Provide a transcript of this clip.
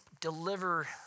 deliver